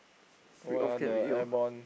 read off can already lor